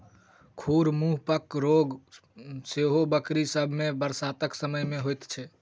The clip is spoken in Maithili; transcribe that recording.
खुर मुँहपक रोग सेहो बकरी सभ मे बरसातक समय मे होइत छै